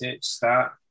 start